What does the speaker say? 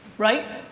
right?